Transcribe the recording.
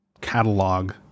catalog